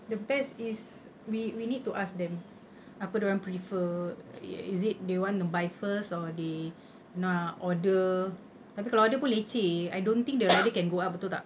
the best is we we need to ask them apa dia orang prefer eh is it they want to buy first or they nak order tapi kalau order pun leceh I don't think the rider can go up betul tak